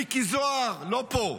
מיקי זוהר, לא פה.